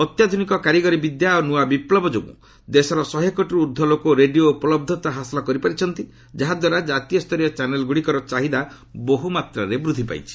ଅତ୍ୟାଧୁନିକ କାରିଗରି ବିଦ୍ୟା ଓ ନୂଆ ବିପ୍ଳବ ଯୋଗୁଁ ଦେଶର ଶହେ କୋଟିରୁ ଊର୍ଦ୍ଧ୍ୱ ଲୋକ ରେଡିଓ ଉପଲହ୍ଧତା ହାସଲ କରିପାରିଛନ୍ତି ଯାହାଦ୍ୱାରା କାତୀୟ ସ୍ତରୀୟ ଚ୍ୟାନେଲ୍ଗୁଡ଼ିକର ଚାହିଦା ବହ୍ ମାତାରେ ବୃଦ୍ଧି ପାଇଛି